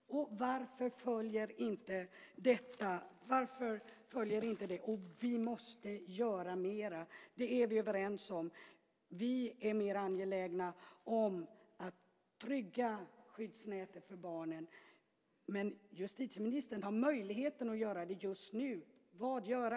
Varför följer man inte detta? Vi måste göra mera. Det är vi överens om. Vi är mer angelägna om att trygga skyddsnätet för barnen, men justitieministern har möjligheten att göra det just nu. Vad göra?